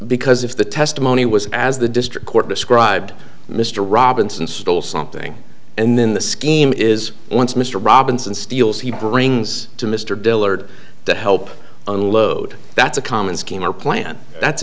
because if the testimony was as the district court described mr robinson stole something and then the scheme is once mr robinson steals he brings to mr dillard to help unload that's a common scheme or plan that's